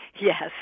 Yes